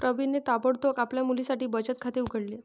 प्रवीणने ताबडतोब आपल्या मुलीसाठी बचत खाते उघडले